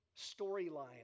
storyline